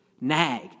nag